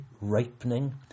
ripening